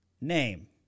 name